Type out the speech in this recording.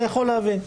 אני יכול להבין.